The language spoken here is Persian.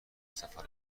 سفرم